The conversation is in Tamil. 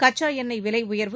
கச்சா எண்ணெய் விலை உயர்வு